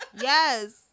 Yes